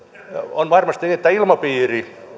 on varmasti niin että ilmapiiri